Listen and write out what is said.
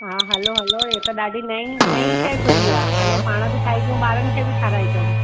हा hello hello इहो त ॾाढी नई नई शइ खुली आहे हलो पाण बि खाई अचूं ॿारनि खे बि खाराए अचुनि